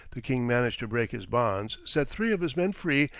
the king managed to break his bonds, set three of his men free,